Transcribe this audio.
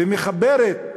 ומחברת